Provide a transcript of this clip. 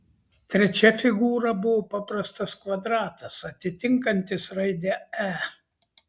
trečia figūra buvo paprastas kvadratas atitinkantis raidę e